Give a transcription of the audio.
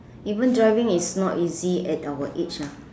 even driving is not easy at our age ah